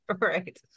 Right